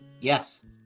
Yes